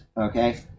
Okay